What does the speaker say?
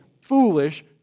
foolish